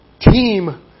Team